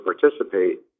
participate